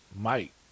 Mike